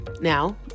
Now